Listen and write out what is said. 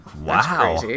Wow